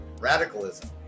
radicalism